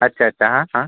अच्छ अच्छा हा हा